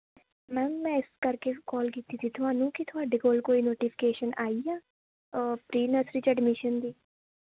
ma'am ਮੈਂ ਇਸ ਕਰਕੇ ਕੋਲ ਕੀਤੀ ਸੀ ਤੁਹਾਨੂੰ ਕਿ ਤੁਹਾਡੇ ਕੋਲ ਕੋਈ ਨੋਟੀਫਿਕੇਸ਼ਨ ਆਈ ਆ ਪ੍ਰੀ ਨਰਸਰੀ 'ਚ ਐਡਮੀਸ਼ਨ ਦੀ